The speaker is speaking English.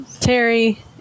Terry